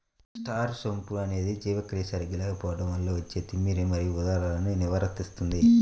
star సోంపు అనేది జీర్ణక్రియ సరిగా లేకపోవడం వల్ల వచ్చే తిమ్మిరి మరియు ఉదరాలను నివారిస్తుంది